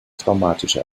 traumatische